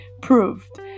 proved